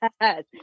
yes